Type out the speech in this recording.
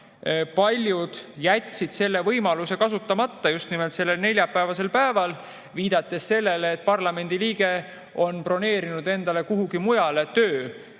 Paljud jätsid selle võimaluse kasutamata just nimelt sellel neljapäevasel päeval, viidates sellele, et parlamendi liige on broneerinud endale töö kusagil mujal.